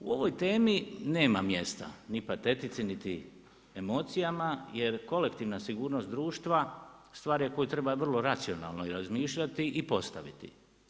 U ovoj temi nema mjesta ni patetici niti emocijama jer kolektivna sigurnost društva stvar je koju treba vrlo racionalno razmišljati i postaviti.